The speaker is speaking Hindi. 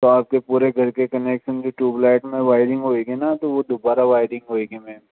तो आपके पूरे घर के कनेक्सन में ट्यूब लाइट में वायरिंग होगी न तो वो दुबारा वायरिंग होगी मैम